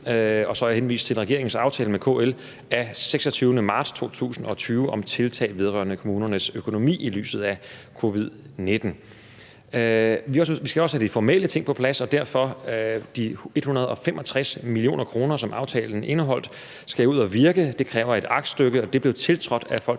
og så har jeg henvist til regeringens aftale med KL af 26. marts 2020 om tiltag vedrørende kommunernes økonomi i lyset af covid-19. Vi skal også have de formelle ting på plads, og derfor skal de 165 mio. kr., som aftalen indeholdt, ud at virke. Det kræver et aktstykke, og det blev tiltrådt af